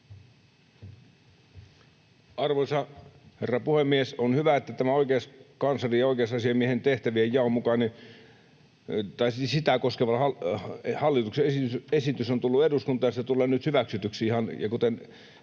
Arvoisa herra puhemies! On hyvä, että tämä oikeuskanslerin ja oikeusasiamiehen tehtävien jakoa koskeva hallituksen esitys on tullut eduskuntaan ja se tulee nyt hyväksytyksi.